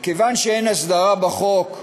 מכיוון שאין הסדרה בחוק,